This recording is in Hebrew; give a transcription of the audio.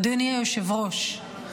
אדוני היושב-ראש,